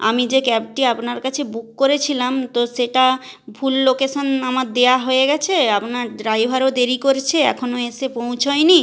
আমি যে ক্যাবটি আপনার কাছে বুক করেছিলাম তো সেটা ভুল লোকেশান আমার দেয়া হয়ে গেছে আপনার ড্রাইভারও দেরি করছে এখনো এসে পৌঁছয় নি